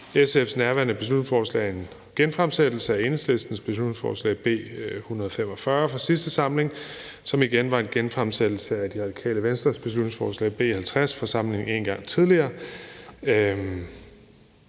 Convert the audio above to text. SF's nærværende beslutningsforslag er en genfremsættelse af Enhedslistens beslutningsforslag B 145 fra sidste samling, som igen var en genfremsættelse af Radikale Venstres beslutningsforslag B 50 fra samlingen før det.